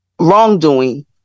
wrongdoing